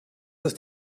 ist